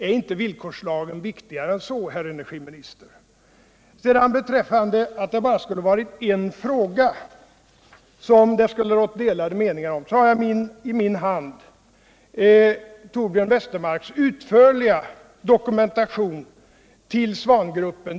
Är inte villkorslagen viktigare än så, herr energiministern? Vad beträffar att det bara skulle ha varit en fråga som det rådde delade meningar om har jag i min hand Torbjörn Westermarks utförliga dokumentation till SWAN-gruppen.